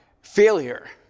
failure